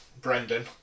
Brendan